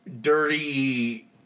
dirty